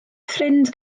ffrind